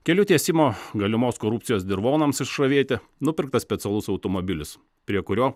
kelių tiesimo galimos korupcijos dirvonams išravėti nupirktas specialus automobilis prie kurio